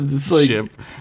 ship